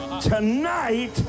Tonight